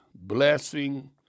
blessing